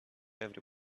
every